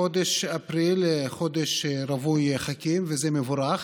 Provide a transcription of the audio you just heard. חודש אפריל הוא חודש רווי חגים, וזה מבורך: